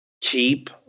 keep